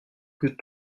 que